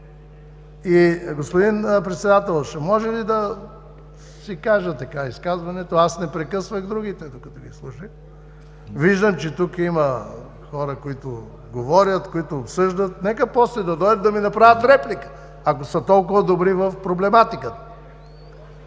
Господин Председател, ще може ли да си кажа изказването? Аз не прекъсвах другите като ги слушах! Виждам, че тук има хора, които говорят, обсъждат – нека да дойдат и да ми направят реплика, ако са толкова добри в проблематиката.